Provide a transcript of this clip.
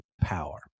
power